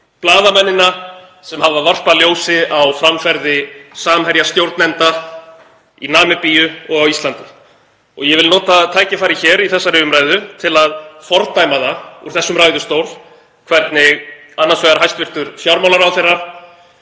blaðamennina sem hafa varpað ljósi á framferði Samherjastjórnenda í Namibíu og á Íslandi. Ég vil nota tækifærið í þessari umræðu til að fordæma það úr þessum ræðustól hvernig annars vegar hæstv. fjármálaráðherra